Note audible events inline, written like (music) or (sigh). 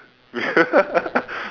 (laughs)